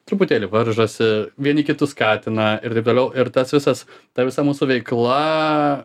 truputėlį varžosi vieni kitus skatina ir taip toliau ir tas visas ta visa mūsų veikla